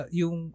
yung